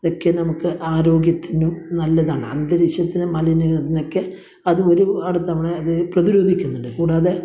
ഇതൊക്കെ നമുക്ക് ആരോഗ്യത്തിനും നല്ലതാണ് അന്തരീക്ഷത്തിനെ മലിനീകരണത്തിനൊക്കെ അത് ഒരുപാട് തവണ അത് പ്രതിരോധിക്കുന്നുണ്ട് കൂടാതെ